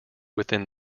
within